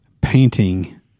painting